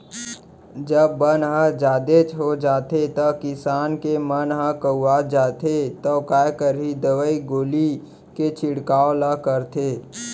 जब बन ह जादेच हो जाथे त किसान के मन ह कउवा जाथे तौ काय करही दवई गोली के छिड़काव ल करथे